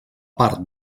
part